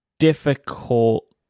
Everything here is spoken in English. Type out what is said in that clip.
difficult